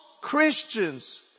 Christians